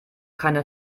keine